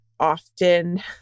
Often